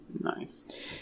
Nice